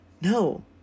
No